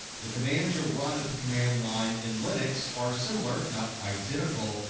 the commands you'll run at the command line in linux are similar, if not identical,